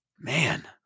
Man